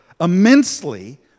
immensely